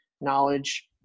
knowledge